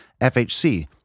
FHC